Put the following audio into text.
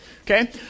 Okay